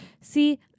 See